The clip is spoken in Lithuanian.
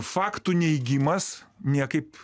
faktų neigimas niekaip